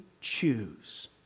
choose